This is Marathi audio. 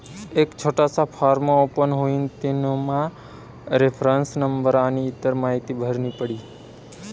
एक छोटासा फॉर्म ओपन हुई तेनामा रेफरन्स नंबर आनी इतर माहीती भरनी पडी